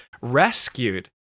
rescued